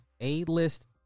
A-list